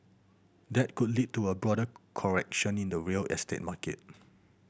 that could lead to a broader correction in the real estate market